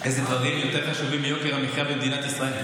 איזה דברים יותר חשובים מיוקר המחיה במדינת ישראל?